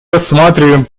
рассматриваем